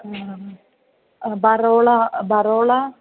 बरोळ बरोल